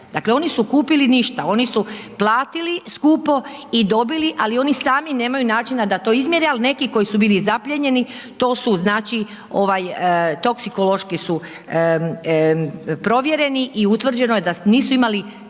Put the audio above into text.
dakle, oni su kupili ništa, oni su platili skupo i dobili, ali oni sami nemaju načina da to izmjere, ali neki koji su bili zaplijenjeni, to su, znači, toksikološki su provjereni i utvrđeno je da nisu imali ništa